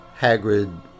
Hagrid